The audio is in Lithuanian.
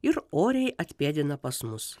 ir oriai atpėdina pas mus